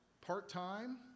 part-time